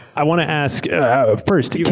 i want to ask um first, yeah